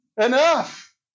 Enough